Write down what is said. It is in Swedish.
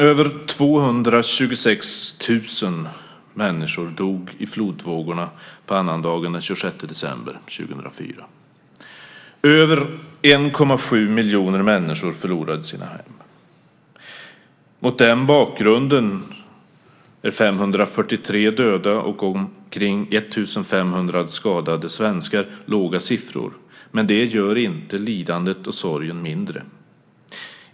Över 226 000 människor dog i flodvågorna på annandagen den 26 december 2004. Över 1,7 miljoner människor förlorade sina hem. Mot den bakgrunden är 543 döda och omkring 1 500 skadade svenskar låga siffror, men det gör inte lidandet och sorgen mindre.